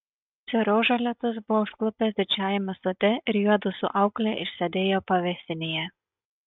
seriožą lietus buvo užklupęs didžiajame sode ir juodu su aukle išsėdėjo pavėsinėje